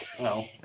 no